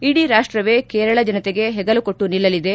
ಇಡೀ ರಾಷ್ಲವೇ ಕೇರಳ ಜನತೆಗೆ ಹೆಗಲು ಕೊಟ್ಲು ನಿಲ್ಲಲಿದೆ